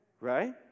Right